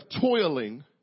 toiling